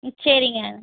ம் சரிங்க